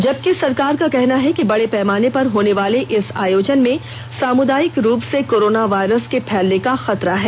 जबकि सरकार का कहना है कि बड़े पैमाने पर होने वाले इस आयोजन में सामुदायिक रूप से कोरोना वायरस के फैलने का खतरा है